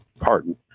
pardon